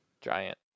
Giant